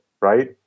right